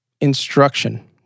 instruction